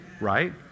right